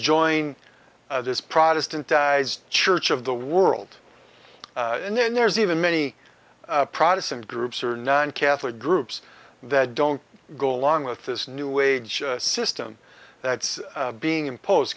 join this protestant church of the world and then there's even many protestant groups or non catholic groups that don't go along with this new age system that's being imposed